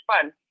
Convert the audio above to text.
fun